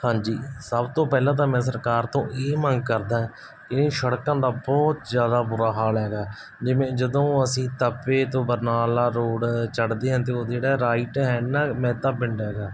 ਹਾਂਜੀ ਸਭ ਤੋਂ ਪਹਿਲਾਂ ਤਾਂ ਮੈਂ ਸਰਕਾਰ ਤੋਂ ਇਹ ਮੰਗ ਕਰਦਾ ਇਹ ਸੜਕਾਂ ਦਾ ਬਹੁਤ ਜ਼ਿਆਦਾ ਬੁਰਾ ਹਾਲ ਹੈਗਾ ਜਿਵੇਂ ਜਦੋਂ ਅਸੀਂ ਤਪੇ ਤੋਂ ਬਰਨਾਲਾ ਰੋਡ ਚੜ੍ਹਦੇ ਹਾਂ ਅਤੇ ਉਹ ਜਿਹੜਾ ਰਾਈਟ ਹੈਡ ਨਾ ਮਹਿਤਾ ਪਿੰਡ ਹੈਗਾ